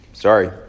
Sorry